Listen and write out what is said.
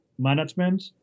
management